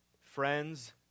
friends